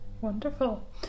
wonderful